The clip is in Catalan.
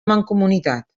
mancomunitat